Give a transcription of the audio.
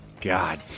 God